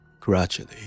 gradually